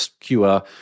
cure